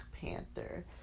Panther